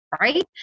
right